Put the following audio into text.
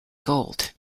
gold